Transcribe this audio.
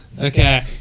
Okay